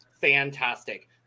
fantastic